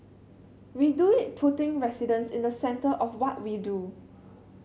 we do it putting residents in the centre of what we do